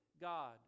God